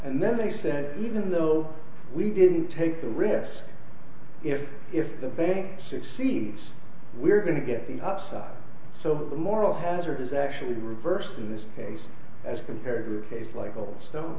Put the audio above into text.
and then they said even though we didn't take the risk if if the bank succeeds we are going to get the upside so the moral hazard is actually reversed in this case as compared with case like goldstone